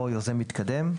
או יוזם מתקדם.